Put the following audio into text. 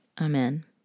Amen